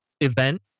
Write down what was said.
event